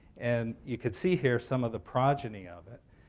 and you could see here some of the progeny of it.